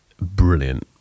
brilliant